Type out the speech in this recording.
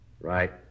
Right